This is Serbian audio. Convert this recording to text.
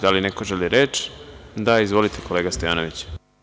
Da li neko želi reč? (Da) Izvolite, kolega Stojanoviću.